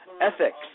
ethics